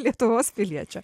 lietuvos piliečio